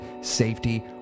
safety